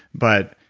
but,